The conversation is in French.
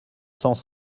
sens